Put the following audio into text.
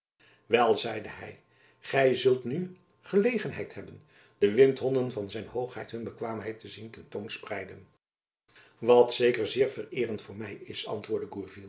wel zeide hy gy zult nu gelegenheid hebben de windhonden van zijn hoogheid hun bekwaamheid te zien ten toon spreiden wat zeker zeer vereerend voor my is antwoordde